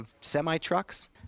semi-trucks